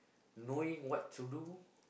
knowing what to do